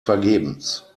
vergebens